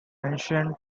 ancient